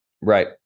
Right